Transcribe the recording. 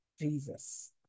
Jesus